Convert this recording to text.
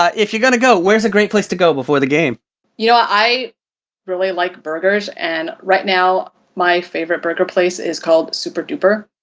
if you're going to go, where is a great place to go before the game? anita you know, i really like burgers and right now, my favorite burger place is called super duper.